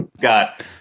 got